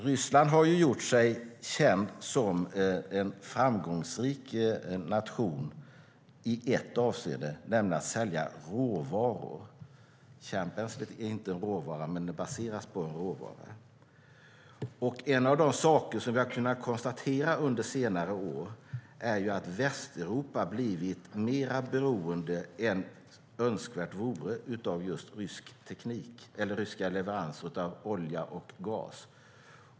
Ryssland har gjort sig känt som en framgångsrik nation i ett avseende, nämligen att sälja råvaror. Kärnbränsle är inte en råvara, men det baseras på en råvara. En av de saker som vi har kunnat konstatera under senare år är att Västeuropa blivit mer beroende än önskvärt vore av rysk teknik eller ryska leveranser av olja och gas.